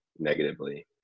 negatively